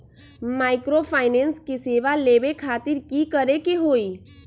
Microfinance के सेवा लेबे खातीर की करे के होई?